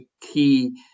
key